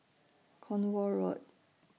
Cornwall Road